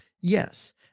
Yes